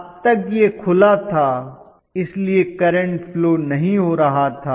अब तक यह खुला था इसलिए करंट फ्लो नहीं हो रहा था